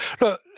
Look